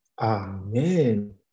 amen